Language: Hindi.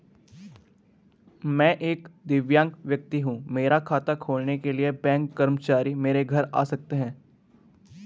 मैं एक दिव्यांग व्यक्ति हूँ मेरा खाता खोलने के लिए बैंक कर्मचारी मेरे घर पर आ सकते हैं?